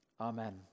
Amen